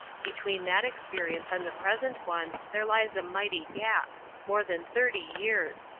between that experience and the present one there lies a mighty gap more than thirty years!